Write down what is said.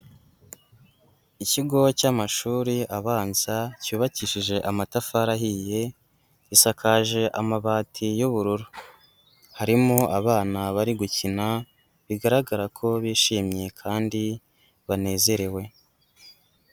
Ikigo cy'amashuri abanza cyubakishije amatafari ahiye, isakaje amabati y'ubururu, harimo abana bari gukina, bigaragara ko bishimye kandi banezerewe.